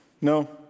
No